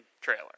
trailer